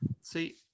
see